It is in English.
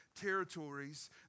territories